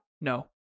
No